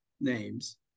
names